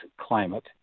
climate